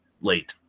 late